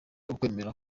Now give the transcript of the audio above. ukwemera